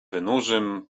wynurzym